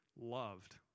loved